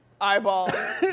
eyeball